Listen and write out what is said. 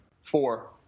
Four